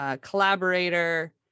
collaborator